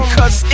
Cause